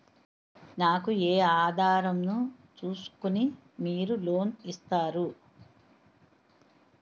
నాకు ఏ ఆధారం ను చూస్కుని మీరు లోన్ ఇస్తారు?